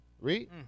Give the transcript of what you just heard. Read